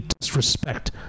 disrespect